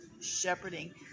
shepherding